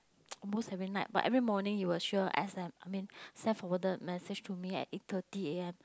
almost every night but every morning he will sure S_M I mean send forwarded message to me at eight thirty A_M